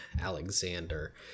Alexander